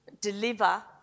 deliver